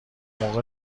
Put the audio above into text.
موقع